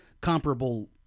comparable